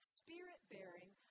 spirit-bearing